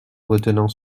retenant